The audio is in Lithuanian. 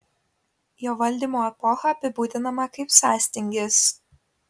jo valdymo epocha apibūdinama kaip sąstingis